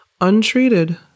Untreated